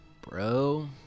bro